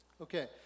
Okay